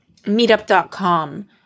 Meetup.com